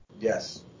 Yes